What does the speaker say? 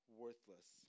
worthless